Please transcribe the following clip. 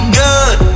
good